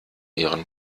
ihren